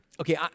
Okay